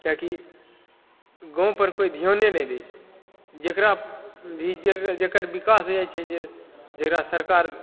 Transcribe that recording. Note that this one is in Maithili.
किआकि गाँव पर केओ धिआने नहि दै छै जेकरा भी जेकर भी बिकास हो जाइत छै जे जेकरा सरकार